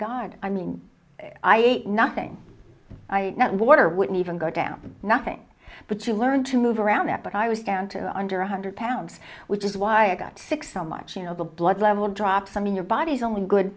god i mean i ate nothing that water wouldn't even go down to nothing but you learn to move around it but i was down to under one hundred pounds which is why i got sick so much you know the blood level drops i mean your body's only good